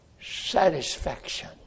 satisfaction